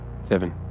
Seven